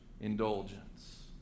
indulgence